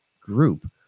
group